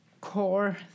core